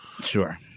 Sure